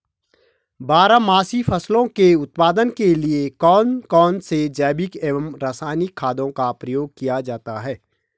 बारहमासी फसलों के उत्पादन के लिए कौन कौन से जैविक एवं रासायनिक खादों का प्रयोग किया जाता है?